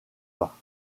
pas